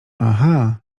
aha